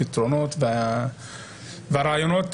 הפתרונות והרעיונות